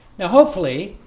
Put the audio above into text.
now, hopefully